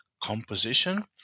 composition